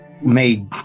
made